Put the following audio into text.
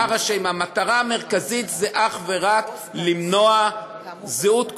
המטרה המרכזית היא אך ורק למנוע זהות כפולה.